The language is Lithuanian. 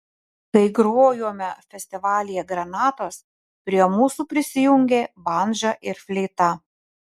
kai grojome festivalyje granatos prie mūsų prisijungė bandža ir fleita